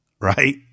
Right